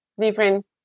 different